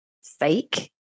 fake